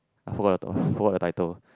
I forgot I forgot the title